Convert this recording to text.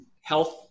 health